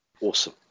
Awesome